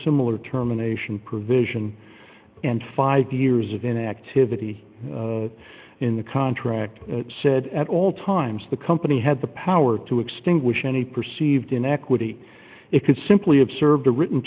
similar terminations provision and five years of inactivity in the contract said at all times the company had the power to extinguish any perceived inequity it could simply observe the written